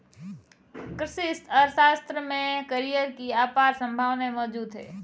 कृषि अर्थशास्त्र में करियर की अपार संभावनाएं मौजूद है